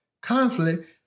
conflict